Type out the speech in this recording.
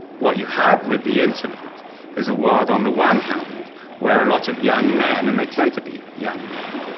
what you have with the internet is a world on the one hand where a lot of young men, and they tend to be young men,